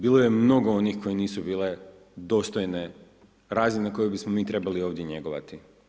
Bilo je mnogo onih koji nisu bile dostojne razine koje bismo mi trebali ovdje njegovati.